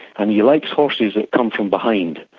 and he likes horses that come from behind,